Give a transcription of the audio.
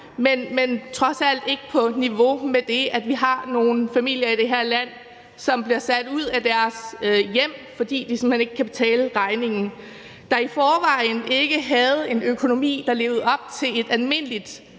er trods alt ikke på niveau med det, at vi har nogle familier i det her land, som bliver sat ud af deres hjem, fordi de simpelt hen ikke kan betale deres regninger, og som i forvejen ikke havde en økonomi, der levede op til et almindeligt